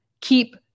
keep